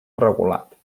regulat